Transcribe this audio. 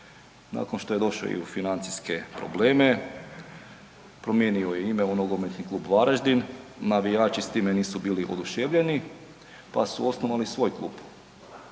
nakon što je došao i u financijske probleme, promijenio je ime u Nogometni klub Varaždin, navijači s time nisu bili oduševljeni pa su osnovali svoj klub.